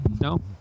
No